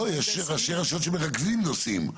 יש ראשי רשויות שמרכזים נושאים.